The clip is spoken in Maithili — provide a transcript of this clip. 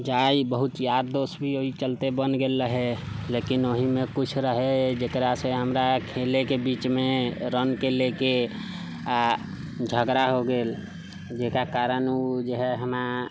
जाइ बहुत यार दोस्त भी ओहि चलते बनि गेल रहै लेकिन ओहिमे कुछ रहै जकरासँ हमरा खेलैके बीचमे रनके लैके आओर झगड़ा हो गेल जकरा कारण उ जे है हमे